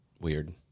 Weird